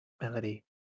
Melody